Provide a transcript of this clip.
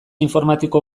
informatiko